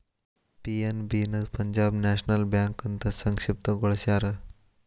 PNB ನ Punjab National Bank ಅಂತ ಸಂಕ್ಷಿಪ್ತ ಗೊಳಸ್ಯಾರ